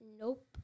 Nope